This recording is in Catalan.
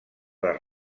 les